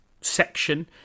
section